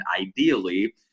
ideally